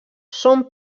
són